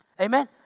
amen